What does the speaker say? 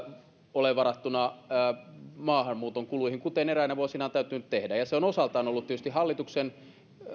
ole varattuna maahanmuuton kuluihin kuten eräinä vuosina on täytynyt tehdä se on osaltaan ollut tietysti hallituksen